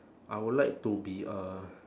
I would like to be a